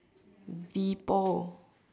people